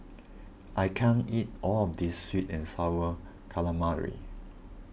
I can't eat all of this Sweet and Sour Calamari